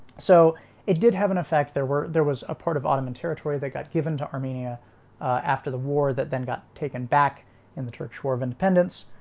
so it did have an effect there were there was a part of ottoman territory that got given to armenia ah after the war that then got taken back in the turks war of independence.